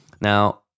Now